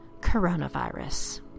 coronavirus